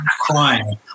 crying